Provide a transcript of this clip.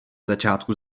začátku